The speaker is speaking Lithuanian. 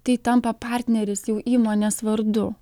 tai tampa partneris jau įmonės vardu